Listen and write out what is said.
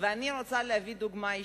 אני רוצה להביא דוגמה אישית.